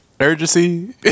urgency